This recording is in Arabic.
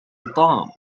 الطعام